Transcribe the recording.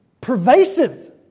pervasive